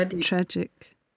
tragic